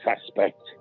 suspect